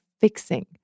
fixing